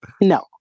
No